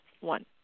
one